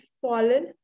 fallen